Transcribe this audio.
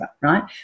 right